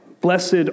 Blessed